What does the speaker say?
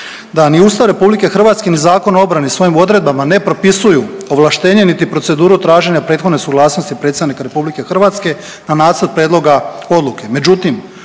da ni Ustav RH ni Zakon o obrani u svojim odredbama ne propisuju ovlaštenje niti proceduru traženja prethodne suglasnosti predsjednika RH na nacrt prijedloga odluke,